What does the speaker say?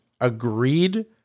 agreed